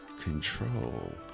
control